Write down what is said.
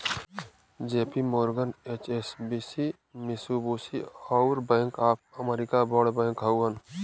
JP Morgan, HSBC, Mitsubishi, अउर Bank of America बड़ bank हउवन